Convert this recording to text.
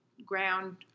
ground